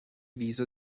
viso